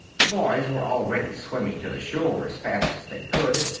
the boys were already swimming to the shore as fast as they could,